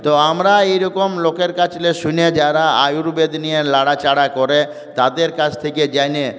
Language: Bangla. তো আমরা এরকম লোকের কাছে শুনে যারা আয়ুর্বেদ নিয়ে নাড়াচাড়া করে তাদের কাছ থেকে জেনে